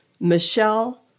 Michelle